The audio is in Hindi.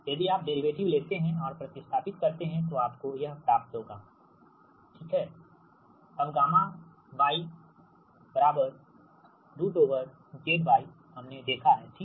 यदि आप डेरिवेटिव लेते हैं और प्रति स्थापित करते हैं तो आप प्राप्त करोगे I zC1eγx C2e γx अबगामा γ zy हमने देखा है ठीक